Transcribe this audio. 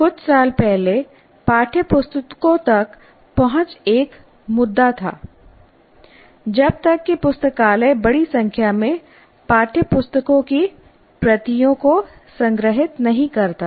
कुछ साल पहले पाठ्यपुस्तकों तक पहुंच एक मुद्दा था जब तक कि पुस्तकालय बड़ी संख्या में पाठ्यपुस्तकों की प्रतियों को संग्रहीत नहीं करता था